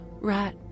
right